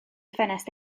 ffenest